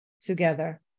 together